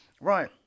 Right